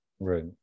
Right